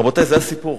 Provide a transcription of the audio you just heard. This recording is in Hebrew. רבותי, זה הסיפור.